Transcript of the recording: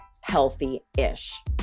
healthy-ish